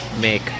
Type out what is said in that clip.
make